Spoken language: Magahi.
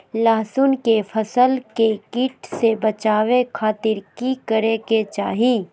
लहसुन के फसल के कीट से बचावे खातिर की करे के चाही?